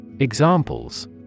Examples